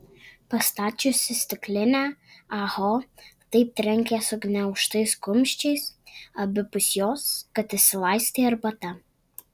pastačiusi stiklinę ah ho taip trenkė sugniaužtais kumščiais abipus jos kad išsilaistė arbata